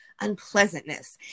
unpleasantness